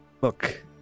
look